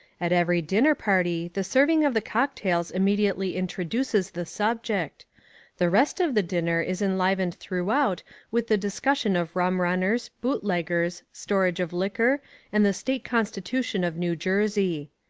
at every dinner party the serving of the cocktails immediately introduces the subject the rest of the dinner is enlivened throughout with the discussion of rum-runners, bootleggers, storage of liquor and the state constitution of new jersey.